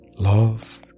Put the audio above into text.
love